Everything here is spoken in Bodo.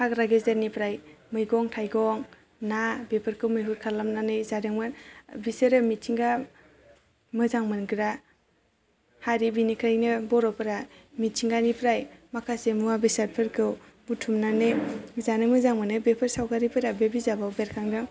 हाग्रा गेजेरनिफ्राय मैगं थायगं ना बेफोरखौ मैहुर खालामनानै जादोंमोन बिसोरो मिथिंगा मोजां मोनग्रा हारि बिनिखायनो बर'फोरा मिथिंगानिफ्राय माखासे मुवा बेसादफोरखौ बुथुमनानै जानो मोजां मोनो बेफोर सावगारिफोरा बे बिजाबाव बेरखांदों